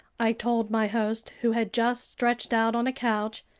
i told my host, who had just stretched out on a couch,